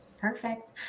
Perfect